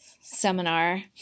seminar